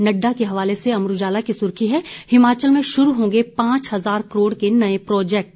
नड्डा के हवाले से अमर उजाला की सुर्खी है हिमाचल में शुरू होंगे पांच हजार करोड़ के नए प्रोजेक्ट